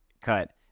cut